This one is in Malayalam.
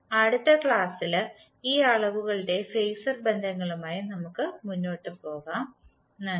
അടുത്ത ക്ലാസിൽ ഈ അളവുകളുടെ ഫേസർ ബന്ധങ്ങളുമായി നമ്മൾ മുന്നോട്ട് പോകും നന്ദി